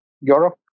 Europe